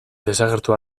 desagertu